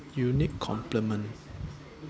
unique compliment